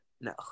No